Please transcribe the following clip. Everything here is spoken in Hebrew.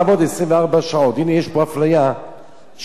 הנה, יש פה אפליה של הגבר מול האשה.